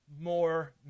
more